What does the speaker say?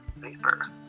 Paper